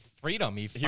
freedom